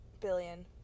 billion